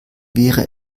wäre